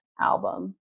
album